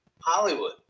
Hollywood